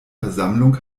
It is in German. versammlung